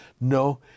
No